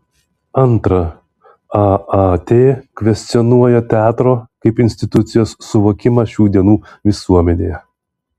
antra aat kvestionuoja teatro kaip institucijos suvokimą šių dienų visuomenėje